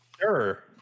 sure